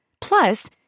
Plus